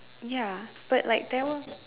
ya but like there were